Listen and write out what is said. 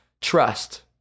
trust